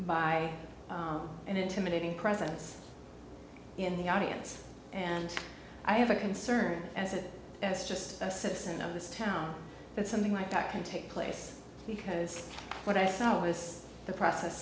an intimidating presence in the audience and i have a concern as it is just a citizen of this town that something like that can take place because what i saw was the process